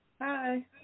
Hi